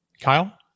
Kyle